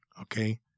okay